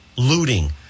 looting